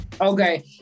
Okay